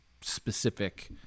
specific